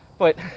but.